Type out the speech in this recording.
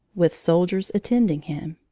with soldiers attending him.